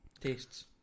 tastes